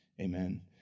amen